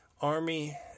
army